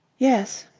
yes.